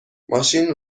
ماشین